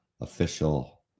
official